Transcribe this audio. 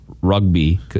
rugby